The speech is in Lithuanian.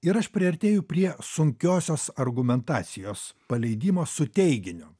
ir aš priartėju prie sunkiosios argumentacijos paleidimo su teiginiu